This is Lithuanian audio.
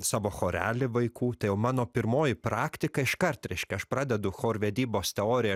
sabochorelį vaikų tai jau mano pirmoji praktika iškart reiškia aš pradedu chorvedybos teoriją